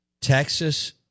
Texas